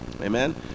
Amen